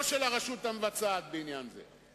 או של הרשות המבצעת בעניין זה.